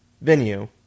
venue